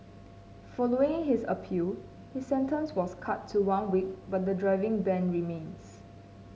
following his appeal his sentence was cut to one week but the driving ban remains